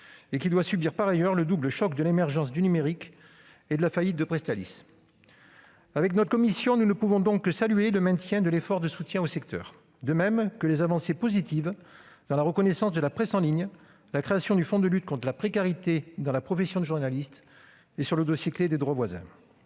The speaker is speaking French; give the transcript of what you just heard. et qui doit subir par ailleurs le double choc de l'émergence du numérique et de la faillite de Presstalis. Avec notre commission, nous ne pouvons donc que saluer le maintien de l'effort de soutien au secteur, de même que les avancées positives dans la reconnaissance de la presse en ligne, la création du fonds de lutte contre la précarité dans la profession de journaliste et sur le dossier clef des droits voisins.